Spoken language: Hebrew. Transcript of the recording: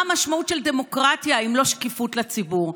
מה המשמעות של דמוקרטיה אם לא שקיפות לציבור?